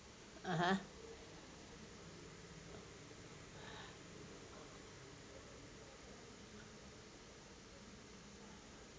(uh huh)